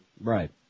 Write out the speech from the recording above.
Right